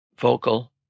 vocal